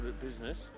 business